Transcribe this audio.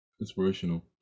Inspirational